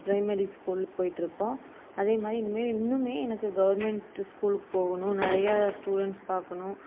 primary ஸ்கூல்க்கு போயிகிட்ருக்கோம் அதே மாதிரி இனிமேல் இன்னுமே எனக்கு கவர்மெண்ட்டு ஸ்கூலுக்கு போகணும் நிறையா ஸ்டூடெண்ட்ஸ் பார்க்கணும்